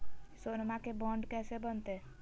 सोनमा के बॉन्ड कैसे बनते?